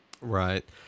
Right